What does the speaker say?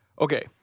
Okay